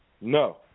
no